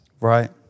Right